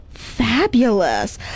fabulous